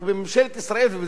במדינת ישראל הנאורה,